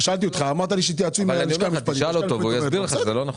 והוא יסביר לך שזה לא נכון.